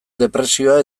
depresioa